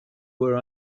where